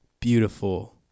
beautiful